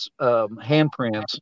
handprints